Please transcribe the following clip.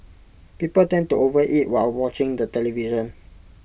people tend to overeat while watching the television